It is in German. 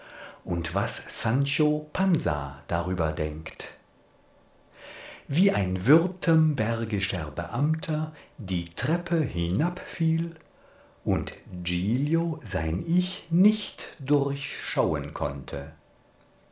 und was sancho pansa darüber denkt wie ein württembergischer beamter die treppe hinabfiel und giglio sein ich nicht durchschauen konnte